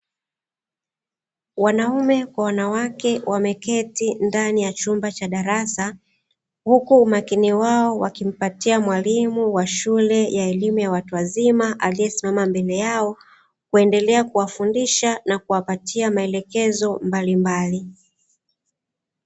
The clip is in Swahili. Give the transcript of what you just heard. Wanaume kwa wanawake wameketi ndani ya chumba cha darasa, huku umakini wao wakimpatia mwalimu wa shule ya watu wazima aliyesimama mbele yao, kiendelea kuwafundisha na kuwapatia maelekezo mbalimbali.